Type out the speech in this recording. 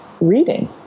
reading